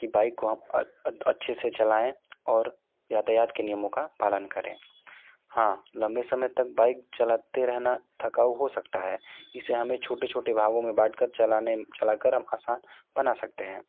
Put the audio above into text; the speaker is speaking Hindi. बाइक को हम अच्छे से हम चलाएँ और यातायत के नियमों का पालन करें हाँ लम्बे समय तक बाइक चलाते रहना थकाऊ हो सकता है इसे हमें छोटे छोटे भागों मे बाँट कर चलाने चला कर आसान बना सकते हैं